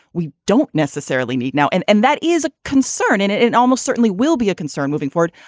we don't necessarily need now and and that is a concern and it and almost certainly will be a concern moving forward.